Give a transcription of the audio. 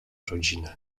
rodziny